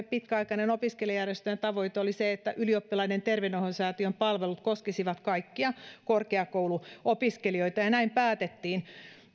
pitkäaikainen opiskelijajärjestöjen tavoite se että ylioppilaiden terveydenhoitosäätiön palvelut koskisivat kaikkia korkeakouluopiskelijoita ja näin päätettiin